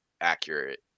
accurate